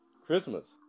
Christmas